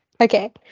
Okay